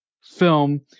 film